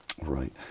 Right